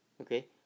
Okay